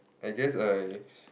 I guess I